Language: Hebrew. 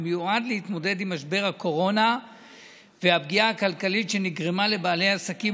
שמיועד להתמודד עם משבר הקורונה והפגיעה הכלכלית שנגרמה לבעלי עסקים,